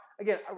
again